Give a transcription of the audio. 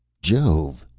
jove!